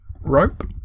Rope